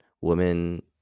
women